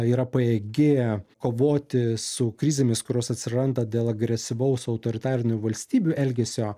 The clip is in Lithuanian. yra pajėgi kovoti su krizėmis kurios atsiranda dėl agresyvaus autoritarinių valstybių elgesio